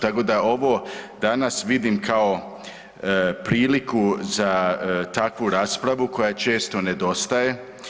Tako da ovo danas vidim kao priliku za takvu raspravu koja često nedostaje.